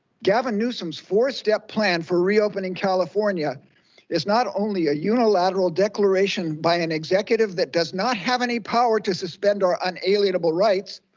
gavin newsom's four step plan for reopening california is not only a unilateral declaration by an executive that does not have any power to suspend our unalienable rights,